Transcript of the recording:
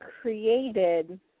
created